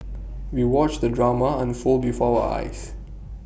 we watched the drama unfold before our eyes